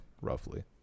roughly